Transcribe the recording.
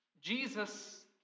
Jesus